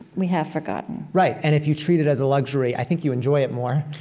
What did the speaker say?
we have forgotten right, and if you treat it as a luxury, i think you enjoy it more.